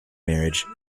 marriage